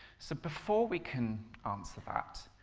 so before we can answer that,